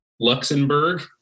Luxembourg